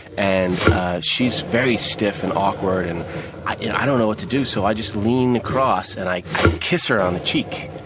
and she's very stiff and awkward and and i don't know what to do so i just lean across and i i kiss her on the cheek.